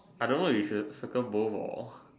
I don't know if you should circle both or